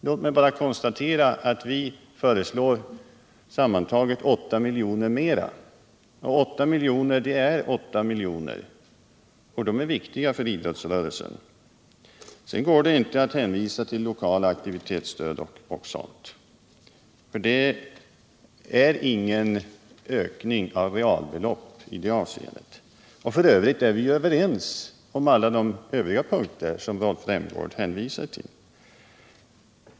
Låt mig bara konstatera att vi föreslår sammantaget 8 milj.kr. mera än propositionen. 8 miljoner är 8 miljoner, och de är viktiga för idrottsrörelsen. Sedan går det inte att hänvisa till lokala aktivitetsstöd och sådant, för de innebär inte någon ökning av realbeloppen. I övrigt är vi överens om alla de andra punkter som Rolf Rämgård hänvisade till.